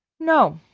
no,